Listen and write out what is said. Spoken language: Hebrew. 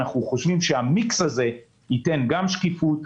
אנחנו חושבים שהמיקס הזה ייתן גם שקיפות,